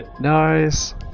Nice